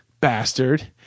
bastard